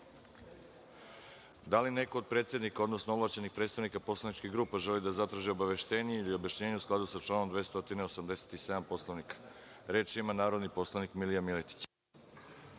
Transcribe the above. li neko od predsednika, odnosno ovlašćenih predstavnika poslaničkih grupa, želi da zatraži obaveštenje ili objašnjenje, u skladu sa članom 287. Poslovnika? Reč ima narodni poslanik Milija Miletić.